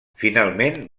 finalment